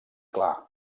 clar